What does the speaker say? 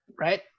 right